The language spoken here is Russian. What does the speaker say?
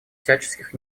всяческих